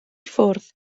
ffwrdd